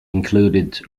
included